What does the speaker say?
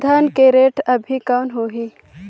धान के रेट अभी कौन होही?